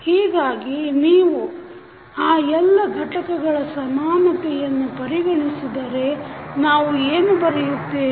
ಹೀಗಾಗಿ ನೀವು ಆ ಎಲ್ಲ ಘಟಕಗಳ ಸಮಾನತೆಯನ್ನು ಪರಿಗಣಿಸಿದರೆ ನಾವು ಏನು ಬರೆಯುತ್ತೇವೆ